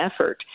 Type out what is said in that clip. effort